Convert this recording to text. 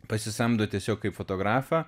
pasisamdo tiesiog kaip fotografą